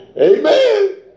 Amen